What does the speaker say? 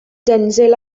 denzil